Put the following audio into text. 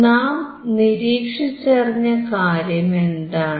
നാം നിരീക്ഷിച്ചറിഞ്ഞ കാര്യം എന്താണ്